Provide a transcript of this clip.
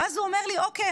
ואז הוא אומר לי: אוקיי,